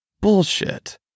bullshit